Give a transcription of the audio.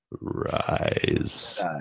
rise